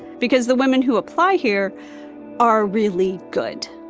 because the women who apply here are really good.